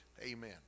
Amen